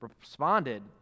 responded